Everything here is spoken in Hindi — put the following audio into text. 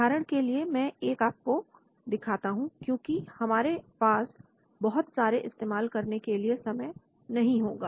उदाहरण के लिए मैं एक आपको दिखाता हूं क्योंकि हमारे पास बहुत सारे इस्तेमाल करने के लिए समय नहीं होगा